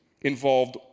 involved